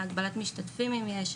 על הגבלת משתתפים אם יש.